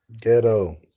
Ghetto